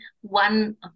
one